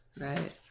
Right